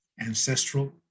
ancestral